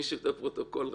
מי שבפרוטוקול,